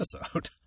episode